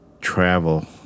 travel